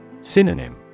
Synonym